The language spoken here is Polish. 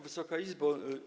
Wysoka Izbo!